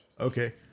Okay